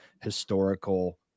historical